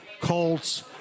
Colts